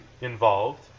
involved